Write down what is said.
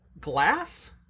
glass